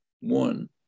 one